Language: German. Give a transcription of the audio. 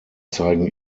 zeigen